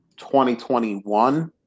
2021